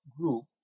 group